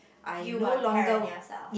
you are a parent yourself